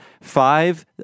Five